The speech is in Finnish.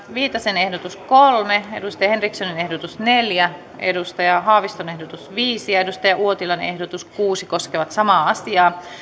viitasen ehdotus kolme anna maja henrikssonin ehdotus neljä pekka haaviston ehdotus viisi ja kari uotilan ehdotus kuusi koskevat samaa